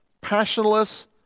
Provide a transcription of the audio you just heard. Passionless